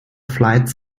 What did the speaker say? flights